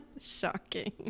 Shocking